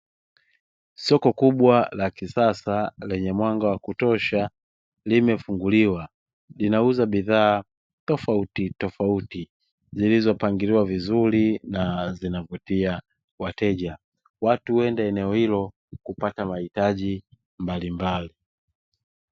Soko kubwa la kisasa lenye mwanga wa kutosha limefunguliwa linauza bidhaa tofautitofauti zilizopangiliwa vizuri na zinavutia wateja. Watu huenda eneo hilo kupata mahitaji mbalimbali.